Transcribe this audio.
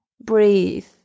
breathe